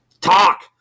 talk